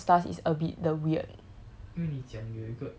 okay the thing about stars is a bit the weird